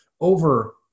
over